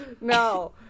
No